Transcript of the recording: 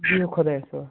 بِہِو خۄدایَس حوال